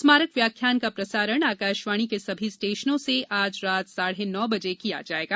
स्मारक व्याख्यान का प्रसारण आकाशवाणी के सभी स्टेशनों से आज रात साढ़े नौ बजे किया जाएगा